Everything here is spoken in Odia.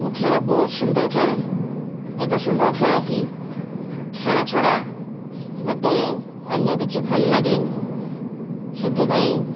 ମୁଁ ଖେଳେ ବହୁତ ସୁନ୍ଦର ଖେଳେ ଏତେ ସୁନ୍ଦର ଖେଳେ କି ଖେଳ ଛଡ଼ା ମତେ ଅନ୍ୟ କିଛି ଭଲ ଲାଗେନି ସେଥିପାଇଁ